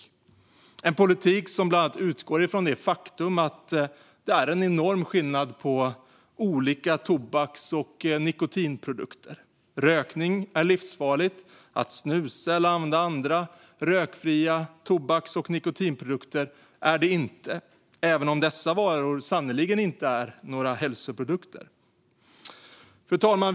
Det är en politik som bland annat utgår ifrån det faktum att det är en enorm skillnad på olika tobaks och nikotinprodukter. Rökning är livsfarligt. Att snusa eller använda andra rökfria tobaks och nikotinprodukter är det inte, även om dessa varor sannerligen inte är några hälsoprodukter. Fru talman!